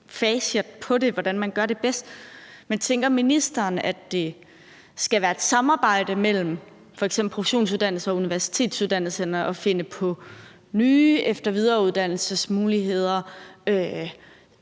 forhold til hvordan man gør det bedst. Tænker ministeren, at det skal være et samarbejde mellem f.eks. professionsuddannelserne og universitetsuddannelserne med hensyn til at finde på nye efter- og videreuddannelsesmuligheder?